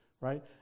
right